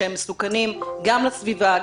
שהם מסוכנים גם לסביבה,